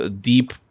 deep